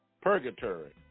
purgatory